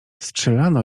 strzelano